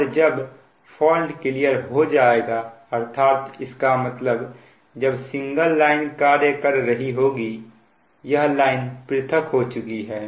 और जब fault clear हो जाएगा अर्थात इसका मतलब जब सिंगल लाइन कार्य कर रही होगी यह लाइन पृथक हो चुकी है